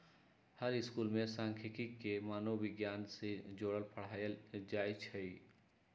हर school में सांखियिकी के मनोविग्यान से जोड़ पढ़ायल जाई छई